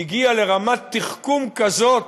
הגיעה לרמת תחכום כזאת,